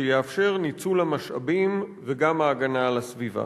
שיאפשר ניצול המשאבים וגם הגנה על הסביבה?